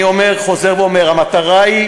אני חוזר ואומר: המטרה היא